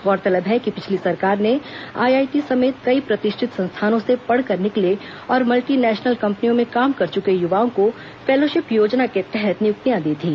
गौरतलब है कि पिछली सरकार ने आईआईटी समेत कई प्रतिष्ठित संस्थानों से पढ़कर निकले और मल्टीनेशनल कंपनियों में काम कर चुके युवाओं को फेलोशिप योजना के तहत नियुक्तियां दी थी